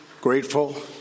grateful